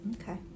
Okay